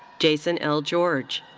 jason l. george.